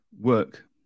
work